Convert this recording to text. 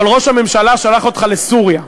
אבל ראש הממשלה שלח אותך לסוריה.